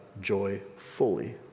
joyfully